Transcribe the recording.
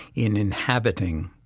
in inhabiting